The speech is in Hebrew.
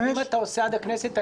אם אתה עושה עד הכנסת ה-25,